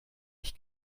ich